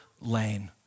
lane